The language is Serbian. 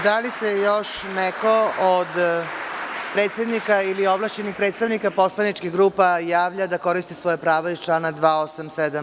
Da li se još neko od predsednika ili ovlašćenih predstavnika poslaničkih grupa javlja da koristi svoje pravo iz člana 287.